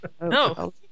No